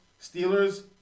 Steelers